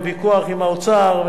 בוויכוח עם האוצר,